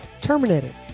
Terminated